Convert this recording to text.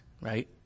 Right